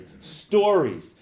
stories